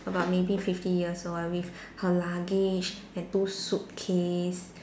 about maybe fifty years old ah with her luggage and two suitcase